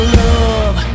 love